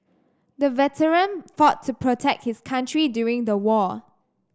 the veteran fought to protect his country during the war